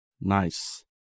Nice